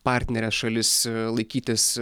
partneres šalis laikytis